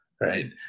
right